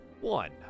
one